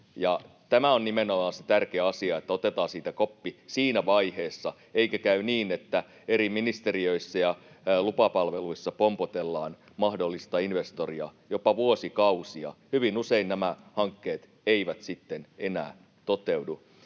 tämä on nimenomaan se tärkeä asia, että otetaan siitä koppi siinä vaiheessa eikä käy niin, että eri ministeriöissä ja lupapalveluissa pompotellaan mahdollista investoria jopa vuosikausia. Hyvin usein nämä hankkeet eivät sitten enää toteudu.